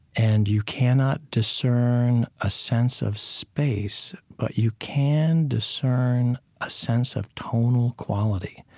and you cannot discern a sense of space, but you can discern a sense of tonal quality,